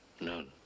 None